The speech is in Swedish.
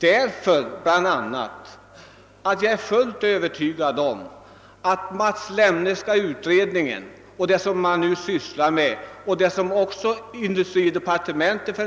Jag är nämligen helt övertygad om att ingen skulle vara mer tillfredsställd än Mats Lemnes utredning och industridepartementet